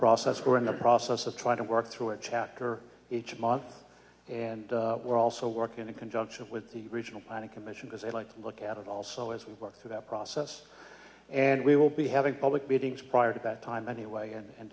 process going the process of trying to work through a chapter each month and we're also working in conjunction with the regional planning commission because i like to look at it also as we work through that process and we will be having public meetings prior to that time anyway a